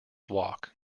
walk